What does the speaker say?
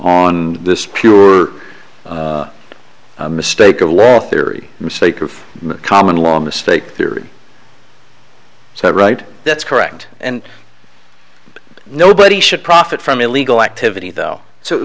on this pure mistake of law theory mistake of common law mistake theory set right that's correct and nobody should profit from illegal activity though